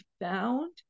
found